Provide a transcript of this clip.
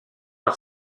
par